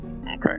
Okay